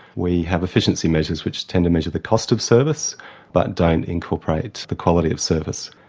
we have efficiency measures which tend to measure the cost of service but don't incorporate the quality of service.